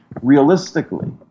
realistically